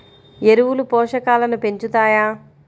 ఎరువులు పోషకాలను పెంచుతాయా?